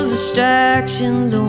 Distractions